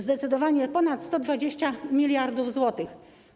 Zdecydowanie ponad 120 mld zł.